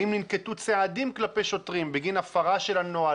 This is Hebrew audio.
האם ננקטו צעדים כלפי שוטרים בגין הפרה של הנוהל,